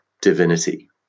divinity